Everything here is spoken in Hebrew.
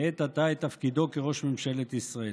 לעת עתה, את תפקידו כראש ממשלת ישראל.